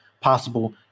possible